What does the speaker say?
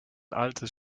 altes